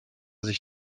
sich